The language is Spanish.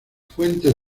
fuentes